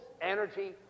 energy